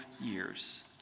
years